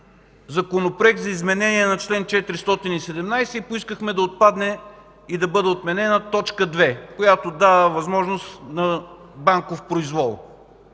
Законопроект за изменение на чл. 417 и поискахме да отпадне и да бъде отменена т. 2, която дава възможност за банков произвол.